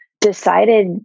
decided